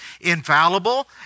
infallible